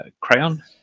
Crayon